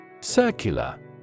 Circular